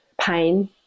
pain